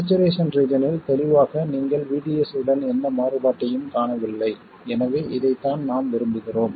saturation ரீஜன்யில் தெளிவாக நீங்கள் VDS உடன் எந்த மாறுபாட்டையும் காணவில்லை எனவே இதைத்தான் நாம் விரும்புகிறோம்